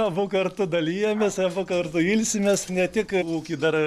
abu kartu dalijamės abu kartu ilsimės ne tik ūky dar